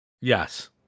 yes